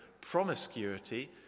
promiscuity